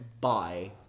Bye